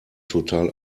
total